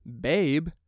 babe